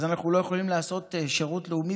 אז אנחנו לא יכולים לעשות שירות לאומי